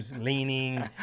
leaning